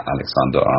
Alexander